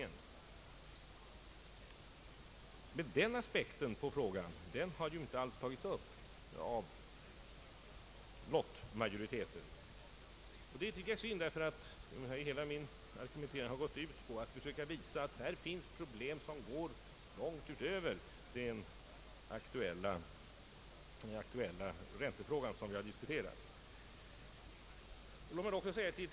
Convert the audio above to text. Men den aspekten på frågan har ju inte alls tagits upp av lottmajoriteten. Det tycker jag är synd, ty hela min argumentering har gått ut på att visa att här finns problem som sgår långt utöver den aktuella räntefrågan, som vi har diskuterat.